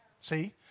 See